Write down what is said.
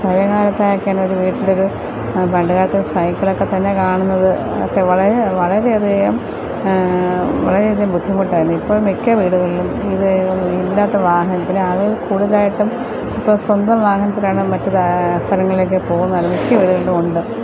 പഴയ കാലത്തായക്കെന്നൊരു വീട്ടിലൊരു പണ്ടു കാലത്ത് സൈക്കിളൊക്കെ തന്നെ കാണുന്നത് ഒക്കെ വളരെ വളരെയധികം വളരെയധികം ബുദ്ധിമുട്ടാണ് ഇപ്പം മിക്ക വീടുകളിലും ഇത് ഒന്നും ഇല്ലാത്ത വാഹനത്തിന് ആൾ കൂടുതലായിട്ടും ഇപ്പം സ്വന്തം വാഹനത്തിലാണ് മറ്റ് കാ സ്ഥലങ്ങളിലൊക്കെ പോകുന്നത് മിക്ക വീടുകളിലും ഉണ്ട്